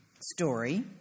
story